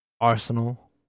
Arsenal